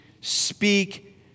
speak